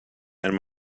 and